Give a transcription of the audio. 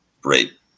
great